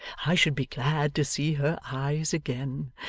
i should be glad to see her eyes again,